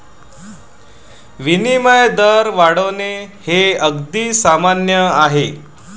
विनिमय दर वाढणे हे अगदी सामान्य आहे